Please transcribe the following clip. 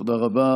תודה רבה.